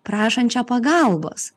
prašančią pagalbos